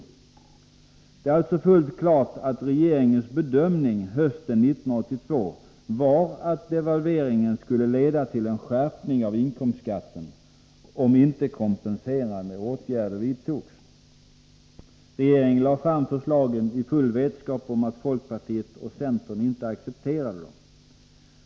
Det är alltså fullt klart att regeringens bedömning hösten 1982 var att devalveringen skulle leda till en skärpning av inkomstskatten om inte kompenserande åtgärder vidtogs. Regeringen lade fram förslagen i full vetskap om att folkpartiet och centern inte accepterade dem.